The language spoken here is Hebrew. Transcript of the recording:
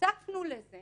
הוספנו לזה